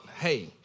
hey